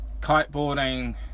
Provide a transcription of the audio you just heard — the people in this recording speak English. kiteboarding